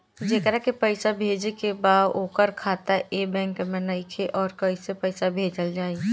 जेकरा के पैसा भेजे के बा ओकर खाता ए बैंक मे नईखे और कैसे पैसा भेजल जायी?